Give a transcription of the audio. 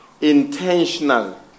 intentional